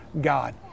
God